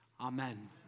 Amen